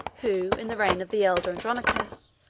who, in the reign of the elder andronicus,